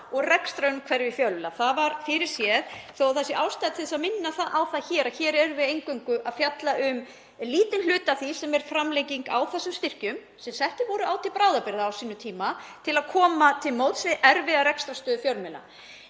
og rekstrarumhverfi fjölmiðla. Það var fyrirséð, þó að ástæða sé til að minna á að hér erum við eingöngu að fjalla um lítinn hluta af því sem er framlenging á þessum styrkjum sem settir voru á til bráðabirgða á sínum tíma til að koma til móts við erfiða rekstrarstöðu fjölmiðla.